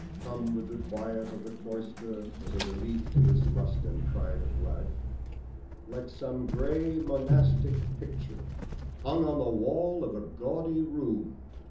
come with the quiet of the cloister as a relief to this lust and pride of life like some grey monastic picture hung on the wall of a gaudy room,